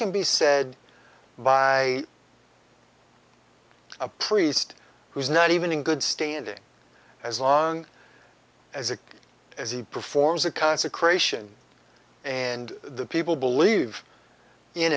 can be said by a priest who is not even in good standing as long as it is he performs a consecration and the people believe in